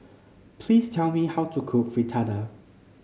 please tell me how to cook Fritada